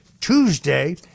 Tuesday